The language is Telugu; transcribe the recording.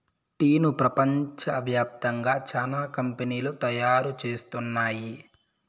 టీను ప్రపంచ వ్యాప్తంగా చానా కంపెనీలు తయారు చేస్తున్నాయి